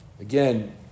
Again